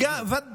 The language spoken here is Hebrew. גם, אתה יודע,